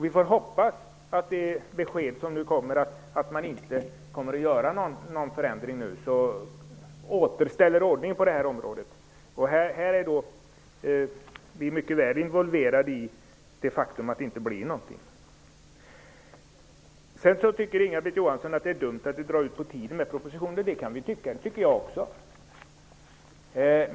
Vi får hoppas att de besked som nu kommer om att man nu inte skall göra någon förändring återställer ordningen på detta område. Inga-Britt Johansson tycker vidare att det är dumt att dra ut på tiden med framläggandet av propositioner. Det tycker också jag.